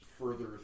further